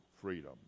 freedom